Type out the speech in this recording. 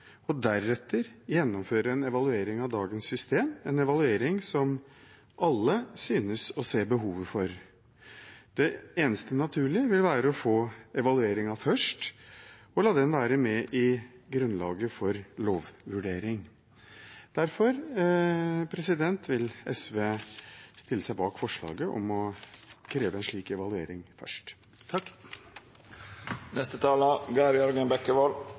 og deretter gjennomføre en evaluering av dagens system, en evaluering som alle synes å se behovet for. Det eneste naturlige vil være å få evalueringen først og la den være med i grunnlaget for lovvurdering. Derfor vil SV stille seg bak forslaget om å kreve en slik evaluering først.